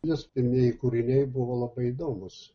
jos pirmieji kūriniai buvo labai įdomūs